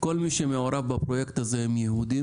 כל מי שמעורב בפרויקט הזה הם יהודים,